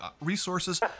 resources